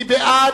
מי בעד?